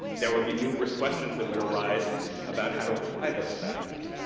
there would be numerous questions that would arise about how to apply those factors.